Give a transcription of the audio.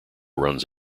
runs